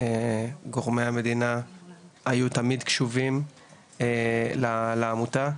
גורמי המדינה היו תמיד קשובים לעמותה.